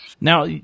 now